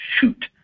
shoot